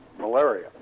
malaria